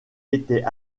était